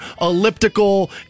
elliptical